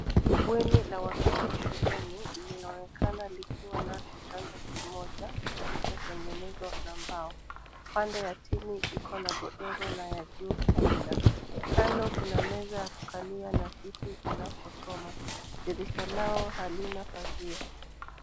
Bweni la watoto shuleni linaonekana likiwa na kitanda kimoja kilichotengenezwa kwa mbao. Upande ya chini iko na godoro na ya juu haina. Kando kuna meza ya kukalia na kiti panaposomwa . Dirisha lao halina pazia.